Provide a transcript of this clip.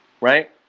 right